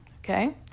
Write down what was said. okay